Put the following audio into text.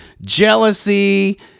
jealousy